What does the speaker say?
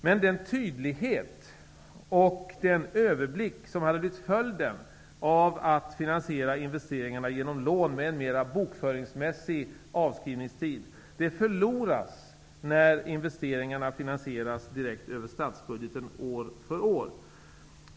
Men den tydlighet och den överblick som hade blivit följden av att finansiera investeringarna genom lån, med en mer bokföringsmässig avskrivningstid, förloras när investeringarna finansieras direkt över statsbudgeten år för år.